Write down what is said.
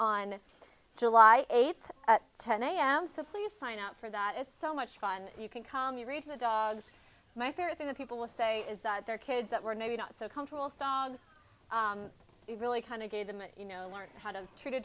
on july eighth at ten am simply sign up for that it's so much fun you can come you read the dogs my favorite thing that people will say is that their kids that were maybe not so comfortable songs really kind of gave them a you know learn how to treat a